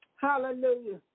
Hallelujah